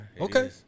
Okay